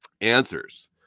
answers